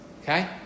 Okay